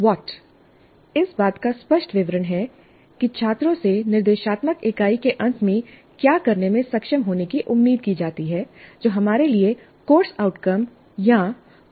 what इस बात का स्पष्ट विवरण है कि छात्रों से निर्देशात्मक इकाई के अंत में क्या करने में सक्षम होने की उम्मीद की जाती है जो हमारे लिए कोर्स आउटकम या कंपीटेंसी है